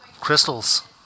crystals